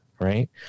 Right